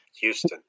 Houston